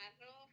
Arroz